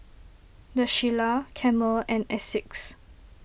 the Shilla Camel and Asics